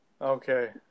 Okay